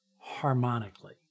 harmonically